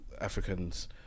Africans